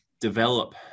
develop